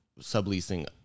subleasing